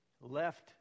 left